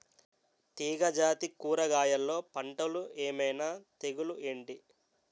తీగ జాతి కూరగయల్లో పంటలు ఏమైన తెగులు ఏంటి?